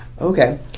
Okay